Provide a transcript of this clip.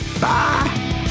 Bye